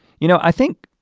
you know i think